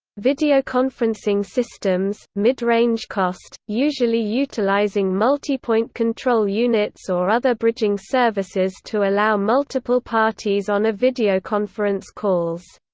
videoconferencing systems midrange cost, usually utilizing multipoint control units or other bridging services to allow multiple parties on a videoconference calls.